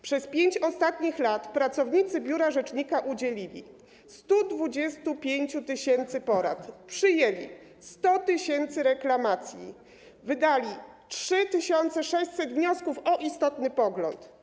Przez 5 ostatnich lat pracownicy biura rzecznika udzielili 125 tys. porad, przyjęli 100 tys. reklamacji, wydali 3600 wniosków o istotny pogląd.